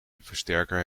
versterker